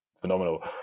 phenomenal